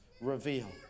reveal